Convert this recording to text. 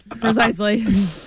Precisely